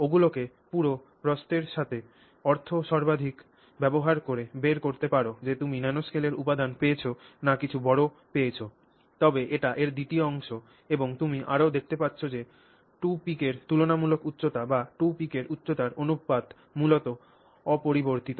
ওগুলোকে পুরো প্রস্থের সাথে অর্ধ সর্বাধিক ব্যবহার করে বের করতে পার যে তুমি ন্যানোস্কেলের উপাদান পেয়েছ না কিছু বড় পেয়েছ তবে এটি এর দ্বিতীয় অংশ এবং তুমি আরও দেখতে পাচ্ছ যে 2 peak এর তুলনামূলক উচ্চতা বা 2 peak এর উচ্চতার অনুপাত মূলত অপরিবর্তিত